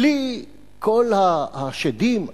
בלי כל השדים,